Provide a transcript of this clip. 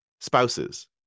spouses